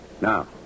Now